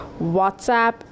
WhatsApp